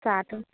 carton